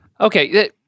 Okay